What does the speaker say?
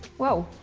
whoa.